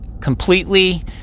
completely